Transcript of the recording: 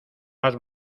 has